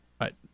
Right